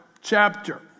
chapter